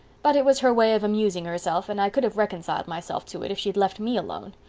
but it was her way of amusing herself and i could have reconciled myself to it if she'd left me alone.